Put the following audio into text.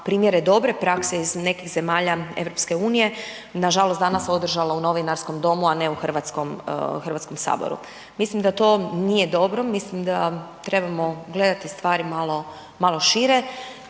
primjere dobre prakse iz nekih zemalja EU, nažalost održala u Novinarskom domu, a ne u Hrvatskome saboru. Mislim da to nije dobro, mislim da trebamo gledati stvari malo šire,